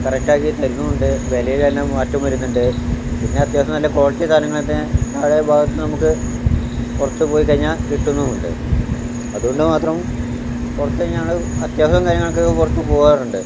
കറക്റ്റാക്കി തരുന്നൂണ്ട് വിലയില് തന്നെ മാറ്റവും വരുന്നുണ്ട് പിന്നെ അത്യാവശ്യം നല്ല ക്വാളിറ്റി സാധനങ്ങളൊക്കെ അവരുടെ ഭാഗത്തിന്ന് നമുക്ക് പുറത്ത് പോയിക്കഴിഞ്ഞാൽ കിട്ടുന്നുമുണ്ട് അതുകൊണ്ട് മാത്രം പുറത്തുകഴിഞ്ഞ ഞങ്ങള് അത്യാവശ്യം കാര്യങ്ങൾക്കൊക്കെ പുറത്തുപോവാറുണ്ട്